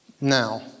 now